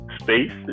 space